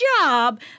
job